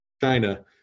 China